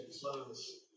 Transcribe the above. close